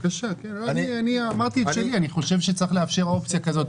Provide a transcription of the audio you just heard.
אני אמרתי את שלי אני חושב שצריך לאפשר אופציה כזאת,